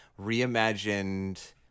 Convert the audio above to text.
reimagined